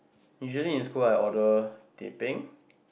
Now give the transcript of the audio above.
usually in school I order teh peng